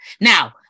Now